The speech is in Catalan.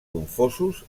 confosos